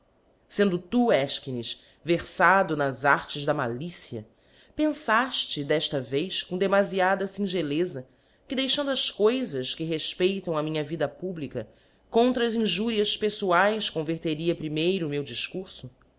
sendo tu efchines verfado nas artes da malicia penfaíle d'efta vez cop demaíiada fingellefa que deixando as coifas que refpeitam á minha vida publica contra as tuas injurias peffoaes convet ria primeiro o meu difcurfo